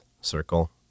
circle